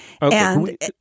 And-